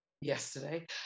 yesterday